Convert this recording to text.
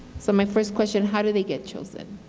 so my first question, how do they get chosen?